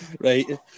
right